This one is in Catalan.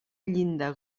llinda